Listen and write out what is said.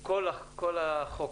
כל החוק,